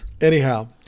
Anyhow